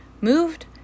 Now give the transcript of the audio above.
moved